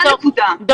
מותר לכם, רק בלי מאמן.